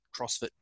CrossFit